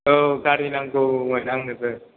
औ गारि नांगौमोन आंनोबो